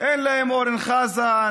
אין להם אורן חזן,